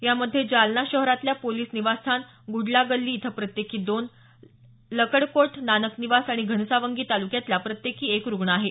यामध्ये जालना शहरातल्या पोलीस निवासस्थान गुडलागल्ली इथं प्रत्येकी दोन लकडकोट नानक निवास आणि घनसावंगी तालुक्यातला प्रत्येकी एक रुग्ण आहे